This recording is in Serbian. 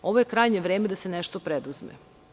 Ovo je krajnje vreme da se nešto preduzme.